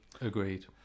Agreed